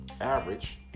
average